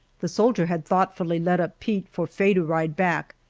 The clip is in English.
the soldier had thoughtfully led up pete for faye to ride back,